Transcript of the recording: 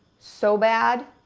so bad.